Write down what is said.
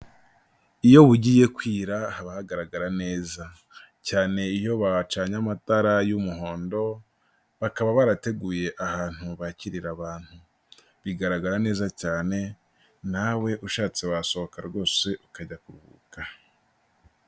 Iyo bugiye kwira haba hagaragara neza cyane iyo bacanye amatara y'umuhondo, bakaba barateguye ahantu bakirira abantu, bigaragara neza cyane nawe ushatse wasohoka rwose ukajya kuruhuka.